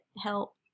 help